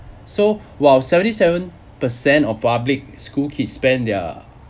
so while seventy seven percent of public school kids spend their